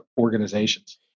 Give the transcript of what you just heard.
organizations